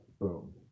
Boom